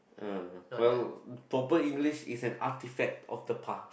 uh well proper English is an artefact of the past